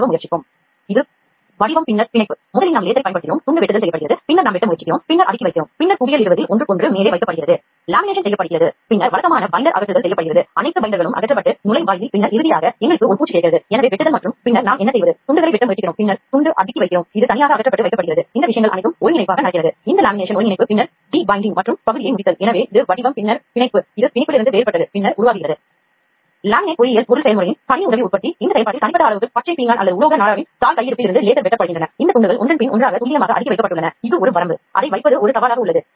உயிர் வெளியேற்றம் என்பது உயிரியக்க இணக்கமான தயாரிப்புகளை உருவாக்கும் செயல்முறையாகும்